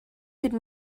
could